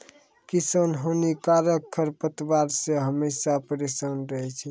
किसान हानिकारक खरपतवार से हमेशा परेसान रहै छै